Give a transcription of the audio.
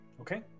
okay